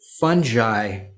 fungi